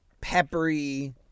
peppery